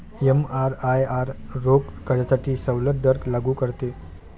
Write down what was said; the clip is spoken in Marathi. एमआरआयआर रोख कर्जासाठी सवलत दर लागू करते